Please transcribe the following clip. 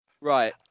Right